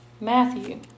Matthew